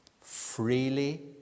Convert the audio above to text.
Freely